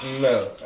No